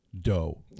doe